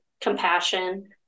compassion